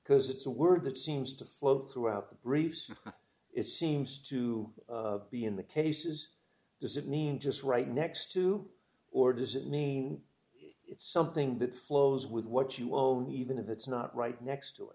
because it's a word that seems to flow throughout the briefs it seems to be in the cases does it mean just right next to or does it mean it's something that flows with what you always even if it's not right next to it